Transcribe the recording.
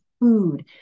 food